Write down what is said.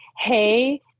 hey